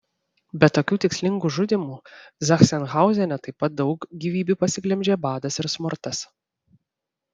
be tokių tikslingų žudymų zachsenhauzene taip pat daug gyvybių pasiglemžė badas ir smurtas